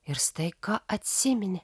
ir staiga atsiminė